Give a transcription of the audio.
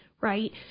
right